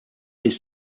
his